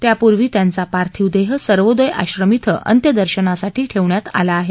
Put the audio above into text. त्यापूर्वी त्यांचा पार्थिव देह सर्वोदय आश्रम अं अंत्यदर्शनासाठी ठेवण्यात आला आहे